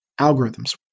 algorithms